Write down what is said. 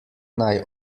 naj